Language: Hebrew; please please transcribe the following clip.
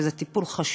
שזה טיפול חשוב,